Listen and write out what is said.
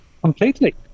completely